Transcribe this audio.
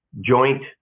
joint